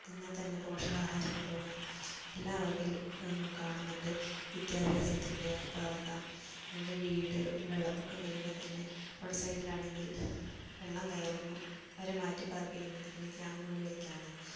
അങ്ങനെതന്നെ പോഷകാഹാരക്കുറവ് എല്ലാവർക്കും കാണുന്നുണ്ട് വിദ്യാഭ്യാസത്തിൻ്റെ അപാകത അവരുടെ വീട് ഒരു വെള്ളപ്പൊക്കം വരുമ്പോൾ തന്നെ പുഴ സൈഡിലാണെങ്കിൽ വെള്ളം കയറുന്നു അവരെ മാറ്റിപാർപ്പിക്കുന്നത് പിന്നെ ക്യാമ്പുകളിലേക്കാണ്